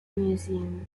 museum